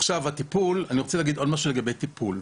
עכשיו, אני רוצה להגיד עוד משהו לגבי טיפול.